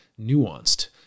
nuanced